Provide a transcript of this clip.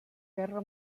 guerra